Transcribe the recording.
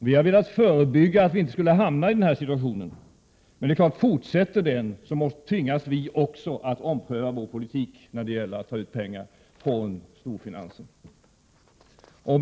Vi har velat förebygga den situationen, men om utvecklingen fortsätter, om fusionsraseriet inte får ett stopp på annat sätt, tvingas vi också ompröva vår politik när det gäller att ta ut pengar från storfinansen.